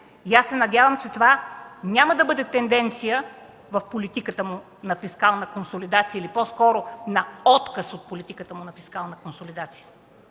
нас. Надявам се, че това няма да бъде тенденция в политиката му на фискална консолидация или по-скоро на отказ от политиката му на фискална консолидация.